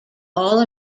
all